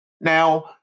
Now